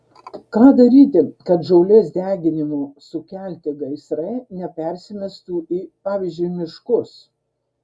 ką daryti kad žolės deginimo sukelti gaisrai nepersimestų į pavyzdžiui miškus